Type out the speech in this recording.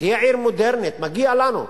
תהיה עיר מודרנית, מגיע לנו.